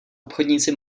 obchodníci